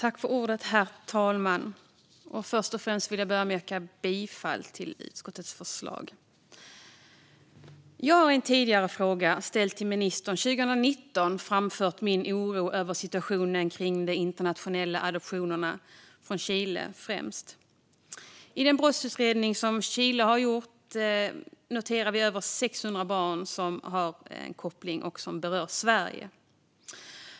Herr talman! Jag vill börja med att yrka bifall till utskottets förslag. Jag har i en tidigare fråga, ställd till ministern 2019, framfört min oro över situationen när det gäller de internationella adoptionerna, främst dem från Chile. I den brottsutredning som Chile har gjort kan vi notera över 600 barn som har koppling till och berör Sverige.